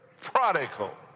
prodigal